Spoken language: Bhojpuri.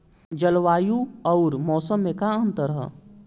जलवायु अउर मौसम में का अंतर ह?